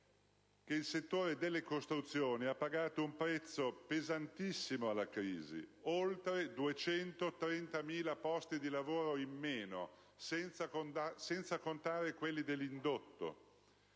il settore delle costruzioni ha pagato un prezzo pesantissimo alla crisi (oltre 230.000 posti di lavoro in meno, senza contare quelli dell'indotto),